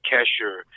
Kesher